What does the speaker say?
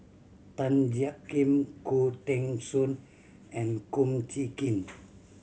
Tan Jiak Kim Khoo Teng Soon and Kum Chee Kin